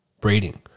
breeding